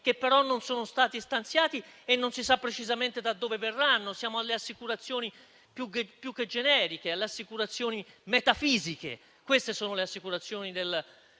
che però non sono stati stanziati e non si sa precisamente da dove verranno. Siamo alle assicurazioni più che generiche, alle assicurazioni metafisiche; queste sono le assicurazioni del